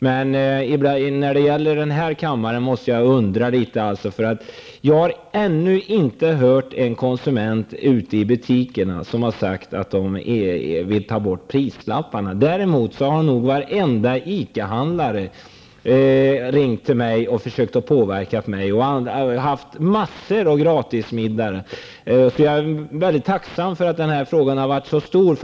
Men när det gäller denna kammare börjar jag undra. Jag har ännu inte hört någon konsument ute i butikerna säga att de vill ta bort prislapparna. Däremot har nog varenda ICA-handlare ringt och försökt att påverka mig. Jag har blivit bjuden på många gratismiddagar. Jag är tacksam för att denna fråga har varit så stor.